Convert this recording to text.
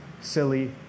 silly